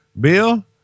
bill